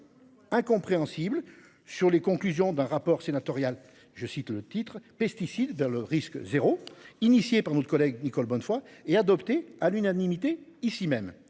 incompréhensible sur les conclusions d'un rapport sénatorial je cite le titre pesticides le risque 0 initiée par notre collègue Nicole Bonnefoy et adopté à l'unanimité ici même